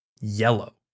yellow